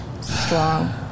strong